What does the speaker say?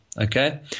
Okay